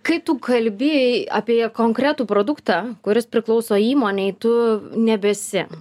kai tu kalbi apie konkretų produktą kuris priklauso įmonei tu nebesi